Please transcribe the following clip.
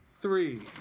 three